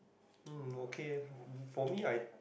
um okay eh for me I